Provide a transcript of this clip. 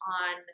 on